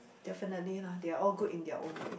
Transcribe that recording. definitely lah they are all good in their own way